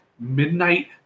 midnight